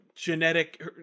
genetic